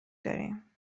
داریم